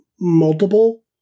multiple